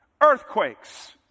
Earthquakes